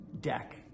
deck